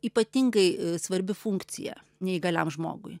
ypatingai svarbi funkcija neįgaliam žmogui